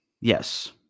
yes